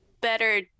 better